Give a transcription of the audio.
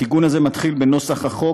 התיקון הזה הוא מנוסח החוק,